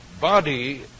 body